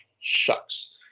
shucks